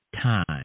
time